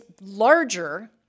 larger